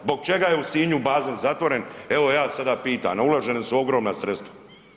Zbog čega je u Sinju bazen zatvoren, evo ja sada pitam, a uložena su ogromna sredstva?